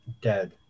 dead